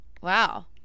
wow